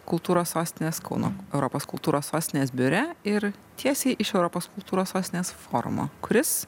kultūros sostinės kauno europos kultūros sostinės biure ir tiesiai iš europos kultūros sostinės forumo kuris